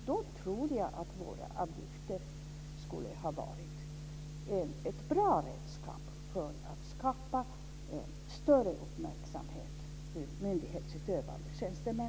Då tror jag att våra avgifter skulle ha varit ett bra redskap för att skapa en större uppmärksamhet kring myndighetsutövande tjänstemän.